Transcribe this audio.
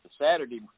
Saturday